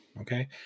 Okay